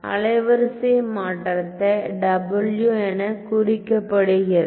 அலைவரிசை மாற்றத்தை W என குறிக்கப்படுகிறது